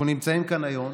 אנחנו נמצאים כאן היום